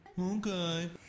Okay